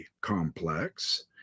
complex